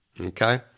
Okay